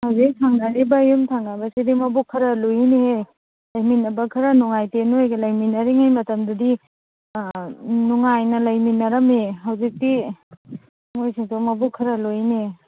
ꯍꯧꯖꯤꯛ ꯊꯪꯅꯔꯤꯕ ꯌꯨꯝ ꯊꯪꯅꯔꯤꯕꯁꯤꯗꯤ ꯃꯕꯨꯛ ꯈꯔ ꯂꯨꯏꯅꯦꯍꯦ ꯂꯩꯃꯤꯟꯅꯕ ꯈꯔ ꯅꯨꯡꯉꯥꯏꯇꯦ ꯅꯣꯏꯒ ꯂꯩꯃꯤꯟꯅꯔꯤꯉꯩ ꯃꯇꯝꯗꯗꯤ ꯅꯨꯡꯉꯥꯏꯅ ꯂꯩꯃꯤꯟꯅꯔꯝꯃꯦ ꯍꯧꯖꯤꯛꯇꯤ ꯃꯣꯏꯁꯤꯡꯗꯣ ꯃꯕꯨꯛ ꯈꯔ ꯂꯨꯏꯅꯦ